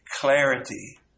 clarity